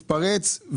מתפרץ,